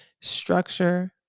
structure